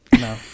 No